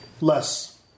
less